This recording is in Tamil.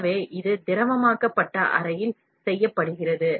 எனவே இது திரவமாக்கப்பட்ட அறையில் செய்யப்படுகிறது